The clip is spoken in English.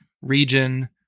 region